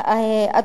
לסיים.